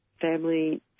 family